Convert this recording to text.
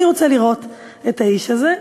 אני רוצה לראות את האיש הזה.